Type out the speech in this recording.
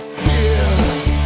fears